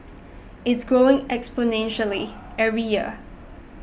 it's growing exponentially every year